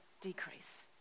decrease